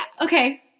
Okay